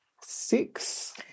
six